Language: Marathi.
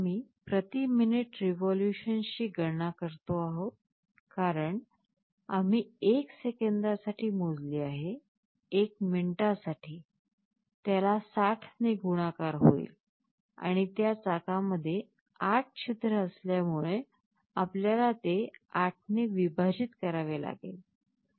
शेवटी आम्ही प्रति मिनिट रिव्होल्यूशन्सची गणना करतो कारण आम्ही 1 सेकंदासाठी मोजले आहे 1 मिनिटासाठी त्याला 60 ने गुणाकार होईल आणि त्या चाकामध्ये 8 छिद्र असल्यामुळे आपल्याला ते 8 ने विभाजित करावे लागेल